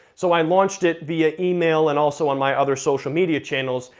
so i launched it via email and also on my other social media channels,